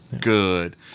good